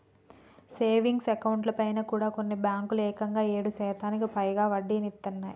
savings అకౌంట్లపైన కూడా కొన్ని బ్యేంకులు ఏకంగా ఏడు శాతానికి పైగా వడ్డీనిత్తన్నయ్